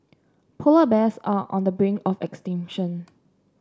polar bears are on the brink of extinction